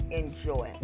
enjoy